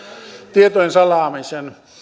tietojen salaamisen